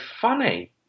funny